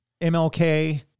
MLK